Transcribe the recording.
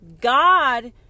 God